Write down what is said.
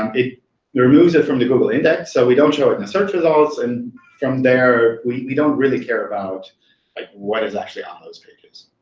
um it yeah removes it from the google index. so we don't show it in the search results. and from there, we don't really care about like what is actually on those pages.